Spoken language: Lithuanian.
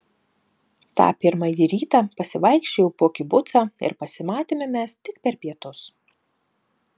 tą pirmąjį rytą pasivaikščiojau po kibucą ir pasimatėme mes tik per pietus